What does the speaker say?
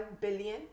billion